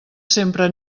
sempre